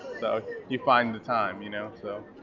so you find the time, you know, so.